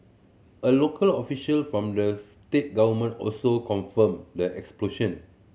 a local official from the state government also confirmed the explosion